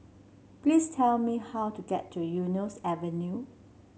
please tell me how to get to Eunos Avenue